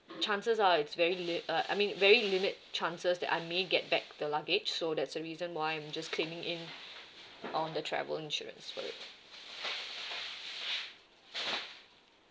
chances are it's very late uh I mean very limit chances that I may get back the luggage so that's the reason why I'm just claiming in on the travel insurance for it